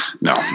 no